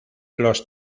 los